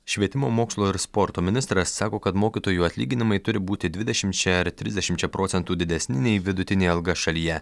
švietimo mokslo ir sporto ministras sako kad mokytojų atlyginimai turi būti dvidešimčia ar trisdešimčia procentų didesni nei vidutinė alga šalyje